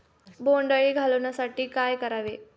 बोंडअळी घालवण्यासाठी काय करावे?